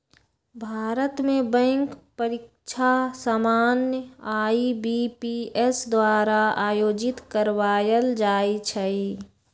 भारत में बैंक परीकछा सामान्य आई.बी.पी.एस द्वारा आयोजित करवायल जाइ छइ